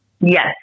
Yes